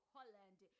Holland